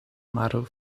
maro